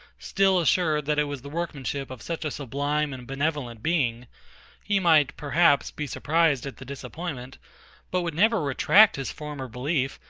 still assured that it was the workmanship of such a sublime and benevolent being he might, perhaps, be surprised at the disappointment but would never retract his former belief,